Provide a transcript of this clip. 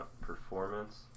performance